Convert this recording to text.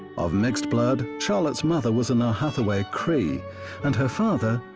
of mixed blood, charlotte's mother was nahathaway cree and her father,